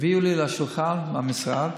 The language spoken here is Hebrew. הביאו לי לשולחן במשרד